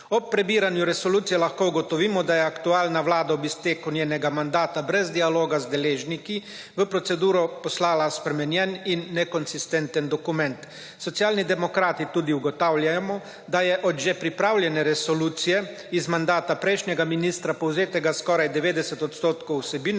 ob prebiranju resolucije lahko ugotovimo, da je aktualna Vlada ob izteku njenega mandata brez dialoga z deležniki v proceduro poslala spremenjen in nekonsistenten dokument. Socialni demokrati tudi ugotavljamo, da je od že pripravljene resolucije iz mandata prejšnjega ministra povzetega skoraj 90 % vsebine,